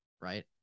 right